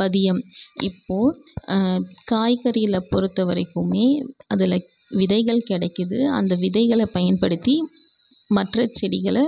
பதியம் இப்போது காய்கறியில் பொறுத்த வரைக்குமே அதில் விதைகள் கிடைக்கிது அந்த விதைகளை பயன்படுத்தி மற்ற செடிகளை